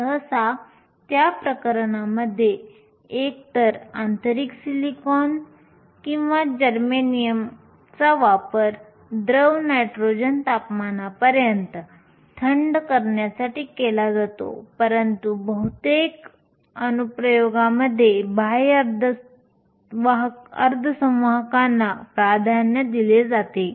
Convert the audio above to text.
सहसा त्या प्रकरणांमध्ये एकतर आंतरिक सिलिकॉन किंवा जर्मेनियमचा वापर द्रव नायट्रोजन तापमानापर्यंत थंड करण्यासाठी केला जातो परंतु बहुतेक अनुप्रयोगांसाठी बाह्य अर्धसंवाहकांना प्राधान्य दिले जाते